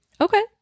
Okay